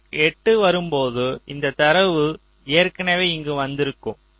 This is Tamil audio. கிளாக் 2 வரும்போது இந்த தரவு ஏற்கனவே இங்கு வந்து இருக்கம்